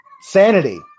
Sanity